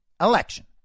election